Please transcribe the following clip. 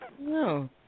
No